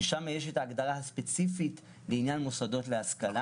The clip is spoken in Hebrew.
שבו יש ההגדרה הספציפית לעניין מוסדות להשכלה